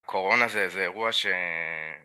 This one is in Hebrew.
קורונה זה איזה אירוע ש...